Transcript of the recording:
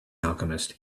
alchemist